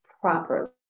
properly